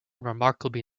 remarkably